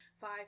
five